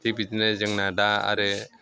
थिग बिदिनो जोंना दा आरो